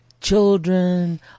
children